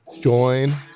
Join